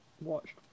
watched